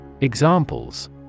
Examples